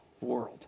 world